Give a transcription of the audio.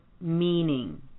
meaning